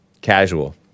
Casual